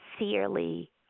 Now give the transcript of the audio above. sincerely